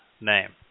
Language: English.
name